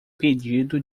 pedido